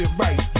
right